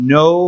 no